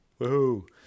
Woohoo